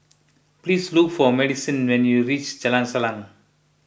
please look for Madisyn when you reach Jalan Salang